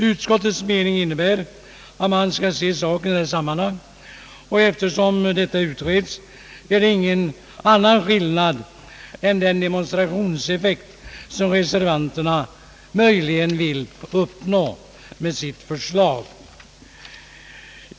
Utskottets mening innebär att man skall se saken i rätt sammanhang, och eftersom detta utreds är det ingen annan skillnad än den demonstrationseffekt som reservanterna möjligen vill uppnå med sitt förslag.